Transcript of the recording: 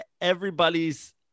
Everybody's